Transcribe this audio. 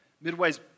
Midway's